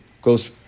goes